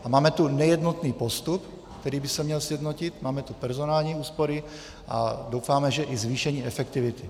A máme tu nejednotný postup, který by se měl sjednotit, máme tu personální úspory a doufáme, že i zvýšení efektivity.